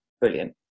brilliant